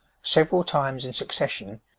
several times in succession,